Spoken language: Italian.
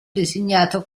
designato